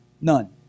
None